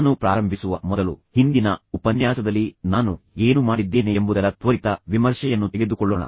ನಾನು ಪ್ರಾರಂಭಿಸುವ ಮೊದಲು ಹಿಂದಿನ ಉಪನ್ಯಾಸದಲ್ಲಿ ನಾನು ಏನು ಮಾಡಿದ್ದೇನೆ ಎಂಬುದರ ತ್ವರಿತ ವಿಮರ್ಶೆಯನ್ನು ತೆಗೆದುಕೊಳ್ಳೋಣ